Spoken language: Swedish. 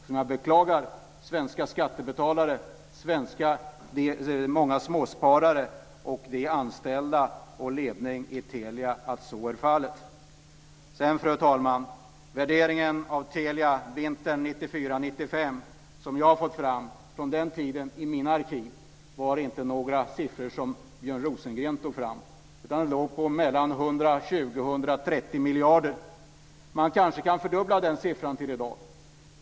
Med tanke på svenska skattebetalare, många småsparare och de anställda och ledningen i Telia beklagar jag att så är fallet. Fru talman! De siffror som jag har fått fram i mina arkiv när det gäller värderingen av Telia vintern 1994/95 är inte de siffror som Björn Rosengren tog fram. Det låg på mellan 120 och 130 miljarder. Man kanske kan fördubbla den siffran i dag.